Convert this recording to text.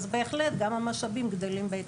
בהחלט גם המשאבים גדלים בהתאם.